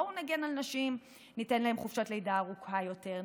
בואו נגן על נשים: ניתן להן חופשת לידה ארוכה יותר,